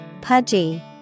Pudgy